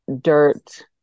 dirt